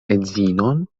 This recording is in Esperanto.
edzinon